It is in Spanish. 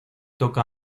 toca